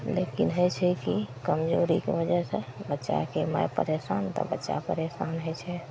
लेकिन होइ छै कि कमजोरीके वजहसे बच्चाके माइ परेशान तऽ बच्चा परेशान होइ छै